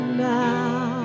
now